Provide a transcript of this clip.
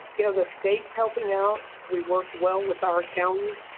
you know, the states helping out. we work well with our county.